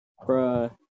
Bruh